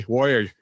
Warrior